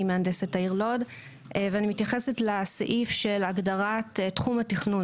אני מהנדסת העיר לוד ואני מתייחסת לסעיף של הגדרת תחום התכנון